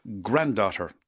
granddaughter